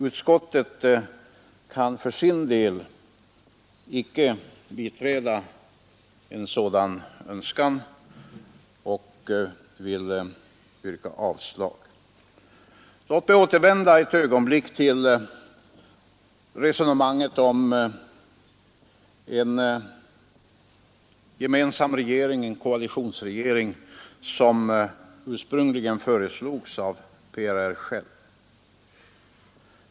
Utskottet har för sin del inte kunnat biträda detta yrkande och EUS KR utskottet har därför hemställt att riksdagen avslår motionen. dipi omatiska förg Pen s Fer Tp rea å bindelser med Låt mig emellertid ett ögonblick återvända till det resonemang om en T Republiken Syd gemensam koalitionsregering som ursprungligen föreslogs av PRR själv.